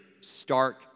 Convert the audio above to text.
stark